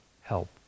help